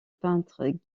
peintres